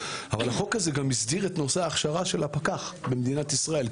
גם הסדיר את נושא ההכשרה של הפקח במדינת ישראל,